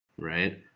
right